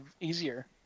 easier